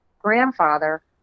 grandfather